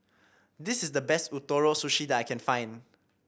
this is the best Ootoro Sushi that I can find